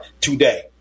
today